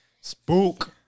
Spook